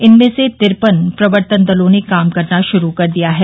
इनमें से तिरपन प्रवर्तन दलों ने काम करना शुरू कर दिया है